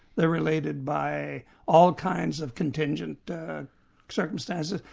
they're related by all kinds of contingent circumstances,